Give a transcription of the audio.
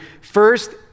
First